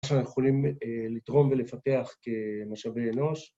שאנחנו יכולים לתרום ולפתח כמשאבי אנוש